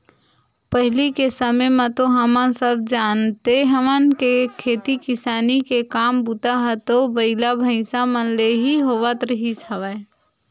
पहिली के समे म तो हमन सब जानते हवन के खेती किसानी के काम बूता ह तो बइला, भइसा मन ले ही होवत रिहिस हवय